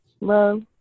love